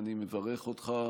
ואני מברך אותך.